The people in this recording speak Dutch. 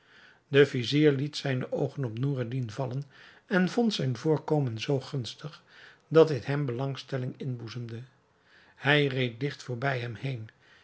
de vizier liet zijne oogen op noureddin vallen en vond zijn voorkomen zoo gunstig dat dit hem belangstelling inboezemde hij reed digt voorbij hem heen